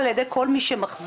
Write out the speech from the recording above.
על ידי כל מי שמחזיק